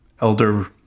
Elder